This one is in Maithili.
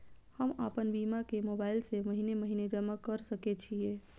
हम आपन बीमा के मोबाईल से महीने महीने जमा कर सके छिये?